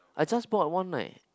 I just bought one leh